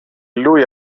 lui